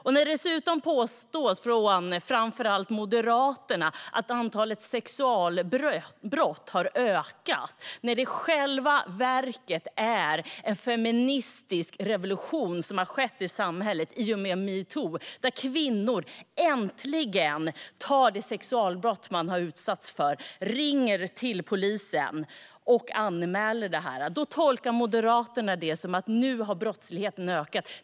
Det påstås dessutom från framför allt Moderaterna att antalet sexualbrott har ökat, men det är i själva verket en feministisk revolution som har skett i samhället i och med metoo. Kvinnor som har utsatts för sexualbrott ringer äntligen till polisen och anmäler detta. Moderaterna tolkar detta som att brottsligheten har ökat.